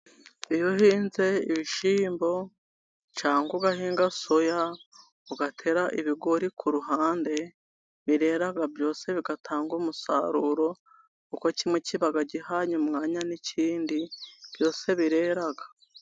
Iyo uhinze ibishyimbo cyangwa ubahinga soya, ugatera ibigori ku ruhande, birera byose bigatanga umusaruro, Kuko kimwe kiba gihanye umwanya n'ikindi byose birera.